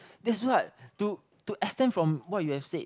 that's what to to extend from what you have said